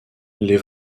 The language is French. les